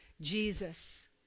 Jesus